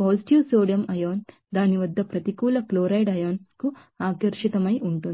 positive sodium ion దాని వద్ద ప్రతికూల క్లోరైడ్ అయాన్ కు ఆకర్షితమై ఉంటుంది